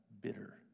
Bitter